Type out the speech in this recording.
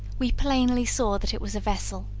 we plainly saw that it was a vessel.